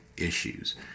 issues